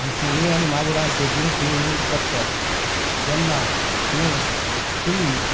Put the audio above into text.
आनी सुणी आनी माजरां सगळीं थंय येवन पडटात तेन्ना तुवें तुमी